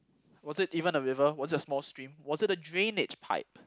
was it even a river was it a small stream was it a drainage pipe